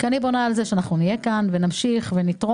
כי אני בונה על זה שאנחנו נהיה כאן ונמשיך ונתרום,